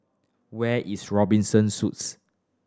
where is Robinson Suites